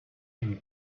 him